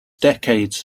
decades